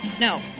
No